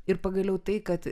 ir pagaliau tai kad